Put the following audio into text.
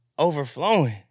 overflowing